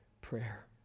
prayer